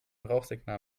rauchsignal